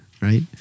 Right